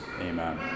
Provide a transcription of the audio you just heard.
Amen